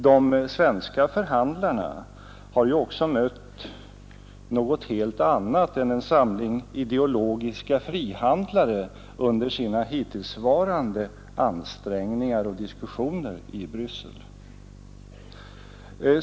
De svenska förhandlarna har ju också mött något helt annat än en samling ideologiska frihandlare under sina hittillsvarande ansträngningar och diskussioner i Bryssel.